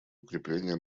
укрепление